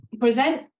present